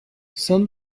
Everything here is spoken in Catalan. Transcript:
són